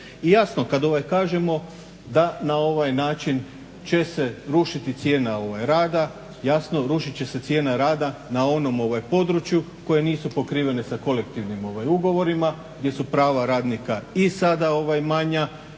I jasno, kad kažemo da na ovaj način će se rušiti cijena rada, jasno rušit će se cijena rada na onom području koja nisu pokrivena sa kolektivnim ugovorima gdje su prava radnika i sada manja